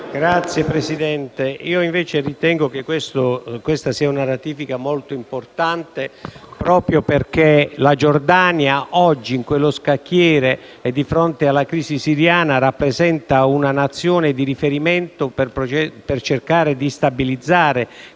Signora Presidente, io invece ritengo che questa sia una ratifica molto importante proprio perché la Giordania, oggi, in quello scacchiere e di fronte alla crisi siriana, rappresenta una Nazione di riferimento per cercare di stabilizzare